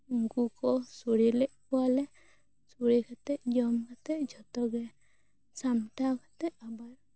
ᱩᱱᱠᱩ ᱠᱚ ᱥᱚᱲᱮ ᱞᱮᱜ ᱠᱚᱣᱟ ᱞᱮ ᱥᱚᱲᱮ ᱠᱟᱛᱮ ᱡᱚᱢ ᱠᱟᱛᱮ ᱡᱷᱚᱛᱚ ᱜᱮ ᱥᱟᱢᱴᱟᱣ ᱠᱟᱛᱮ ᱟᱵᱟᱨ